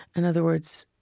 and other words,